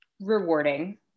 rewarding